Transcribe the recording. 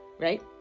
right